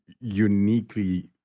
uniquely